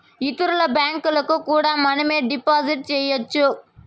ఇతరుల బ్యాంకులకు కూడా మనమే డిపాజిట్ చేయొచ్చు